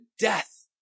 death